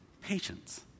Patience